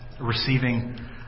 receiving